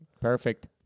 Perfect